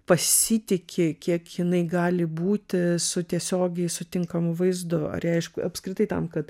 pasitiki kiek jinai gali būti su tiesiogiai sutinkamu vaizdu ar ji aišku apskritai tam kad